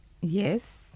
Yes